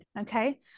okay